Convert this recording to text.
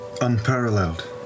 Unparalleled